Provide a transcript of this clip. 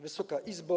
Wysoka Izbo!